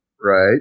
Right